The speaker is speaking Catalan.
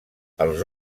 els